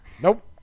Nope